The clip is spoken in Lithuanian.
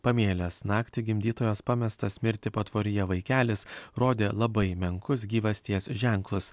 pamėlęs naktį gimdytojos pamestas mirti patvoryje vaikelis rodė labai menkus gyvasties ženklus